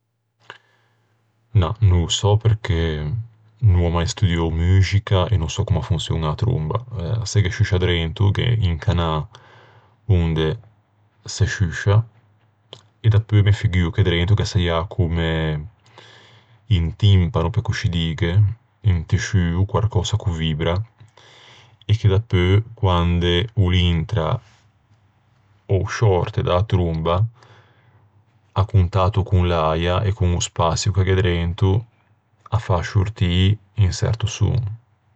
Na, no ô sò perché no ò mai studiou muxica e no sò comm'a fonçioña a tromba. Se ghe sciuscia drento, gh'é un canâ onde se sciuscia, e dapeu me figuo che drento ghe saià comme un timpano, pe coscì dîghe, un tisciuo, quarcösa ch'o vibra, e che dapeu quande o l'intra ò o sciòrte da-a tromba, à contatto con l'äia e con o spaçio che gh'é drento, a fa sciortî un çerto son.